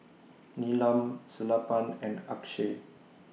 Neelam Sellapan and Akshay